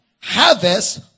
harvest